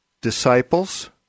Disciples